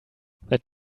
that